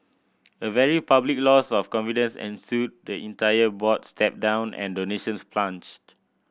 a very public loss of confidence ensued the entire board stepped down and donations plunged